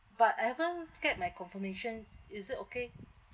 but I haven't get my confirmation is it okay